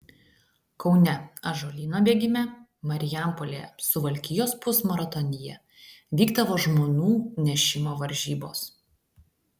kaune ąžuolyno bėgime marijampolėje suvalkijos pusmaratonyje vykdavo žmonų nešimo varžybos